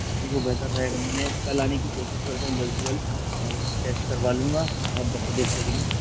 जी वो बेहतर रहेगा में कल आने की कोशिश करता हूँ जल्द से जल्द और टेस्ट करवा लूँगा आप बस देख लीजिएगा